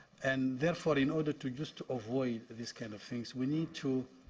and therefore, in order to just avoid these kind of things, we need to